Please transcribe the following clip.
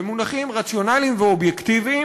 במונחים רציונליים ואובייקטיביים,